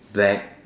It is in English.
black